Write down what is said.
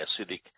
acidic